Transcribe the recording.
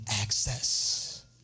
access